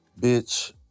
Bitch